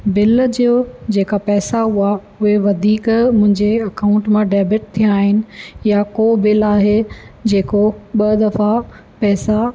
bill जो जेका पैसा हुआ उहे वधीक मुंहिंजे अकाउंट मां डैबिट थिया आहिनि या को बिल आहे जेको ॿ दफ़ा पैसा